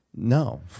No